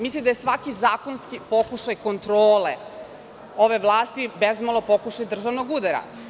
Misli da je svaki zakonski pokušaj kontrole ove vlasti bezmalo pokušaj državnog udara.